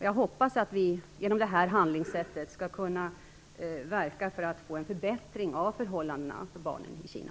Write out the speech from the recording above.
Jag hoppas att vi genom detta handlingssätt skall kunna verka för att få en förbättring av förhållandena för barnen i Kina.